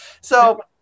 So-